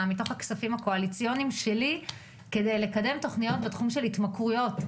מתוך הכספים הקואליציוניים שלי כדי לקדם תוכניות בתחום התמכרויות,